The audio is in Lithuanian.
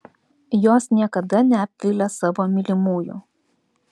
jos niekada neapvilia savo mylimųjų